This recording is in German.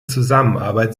zusammenarbeit